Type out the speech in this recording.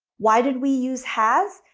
why did we use has?